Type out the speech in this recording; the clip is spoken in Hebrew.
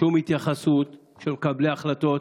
שום התייחסות של מקבלי ההחלטות.